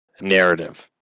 narrative